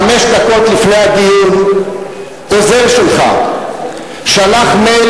חמש דקות לפני הדיון עוזר שלך שלח מייל